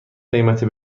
قیمت